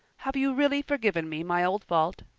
have you really forgiven me my old fault?